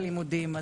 לא רק על החופים.